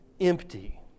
empty